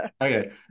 Okay